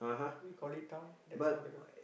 what you call it town that's what they call it